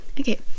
okay